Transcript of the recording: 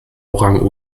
orang